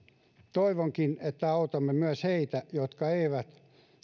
toivonkin että autamme myös heitä jotka eivät